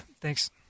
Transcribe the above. thanks